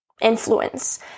influence